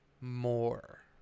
more